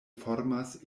formas